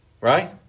right